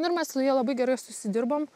nu ir mes su ja labai gerais susidirbom